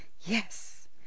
Yes